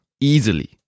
Easily